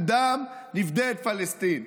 בדם נפדה את פלסטין".